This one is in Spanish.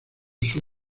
sus